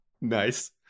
Nice